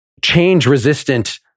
change-resistant